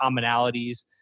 commonalities